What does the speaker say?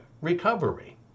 recovery